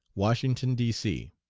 washington, d c.